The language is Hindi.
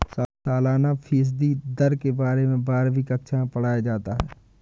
सालाना फ़ीसदी दर के बारे में बारहवीं कक्षा मैं पढ़ाया जाता है